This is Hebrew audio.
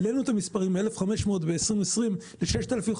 העלינו את המספרים מ-1,500 ב-2020 ל-6,500,